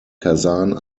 kasan